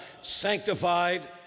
sanctified